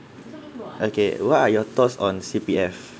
okay what are your thoughts on C_P_F